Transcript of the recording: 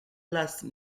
place